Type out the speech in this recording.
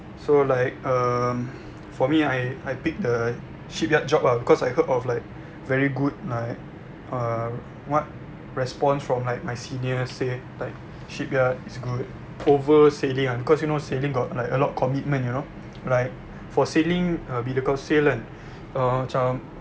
so like um for me I I pick the shipyard job ah because I heard of like very good like uh what response from like my seniors say like shipyard is good over sailing ah because you know sailing got like a lot of commitment you know like for sailing uh bila kau sail kan uh macam